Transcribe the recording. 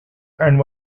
and